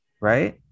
right